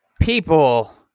people